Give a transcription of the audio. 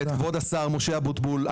ואת כבוד השר משה אבוטבול.